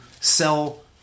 sell